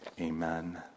Amen